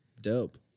Dope